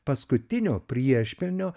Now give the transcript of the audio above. paskutinio priešpilnio